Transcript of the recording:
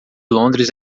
londres